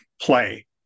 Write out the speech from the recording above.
play